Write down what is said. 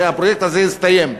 הפרויקט הזה הסתיים.